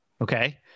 okay